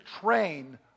train